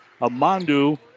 Amandu